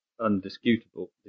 undisputable